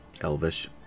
Elvish